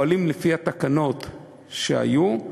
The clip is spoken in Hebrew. פועלים לפי התקנות שהיו,